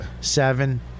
seven